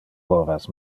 horas